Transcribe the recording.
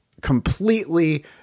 completely